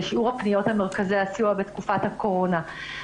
בשיעור הפניות למרכזי הסיוע בתקופת הקורונה.